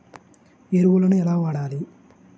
ఎరువులను ఎలా వాడాలి?